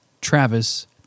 Travis